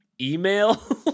email